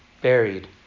buried